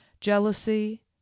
jealousy